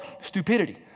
stupidity